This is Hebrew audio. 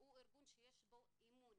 הוא ארגון שיש בו אמון,